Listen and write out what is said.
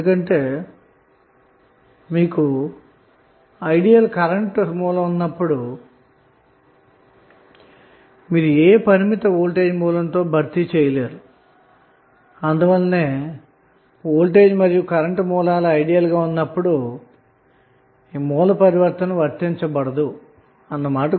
ఎందుకంటే ideal current source ఉన్నప్పుడు మీరు ఏ పరిమిత వోల్టేజ్ సోర్స్ తోను భర్తీ చేయలేరు అందువలెనే వోల్టేజ్ మరియు కరెంటు సోర్స్ లు ఐడియల్ గా ఉన్నప్పుడు ఈ సోర్స్ ట్రాన్స్ఫర్మేషన్ వర్తించదు అన్నమాట